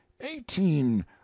eighteen